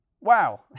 Wow